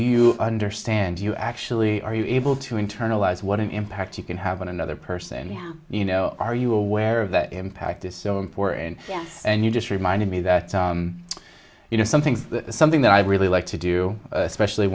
you understand you actually are you able to internalize what impact you can have on another person and you know are you aware of that impact is so important and you just reminded me that you know something something that i really like to do especially